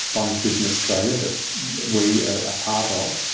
bionic vision australia that we are a part of,